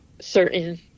certain